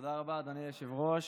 תודה רבה, אדוני היושב-ראש.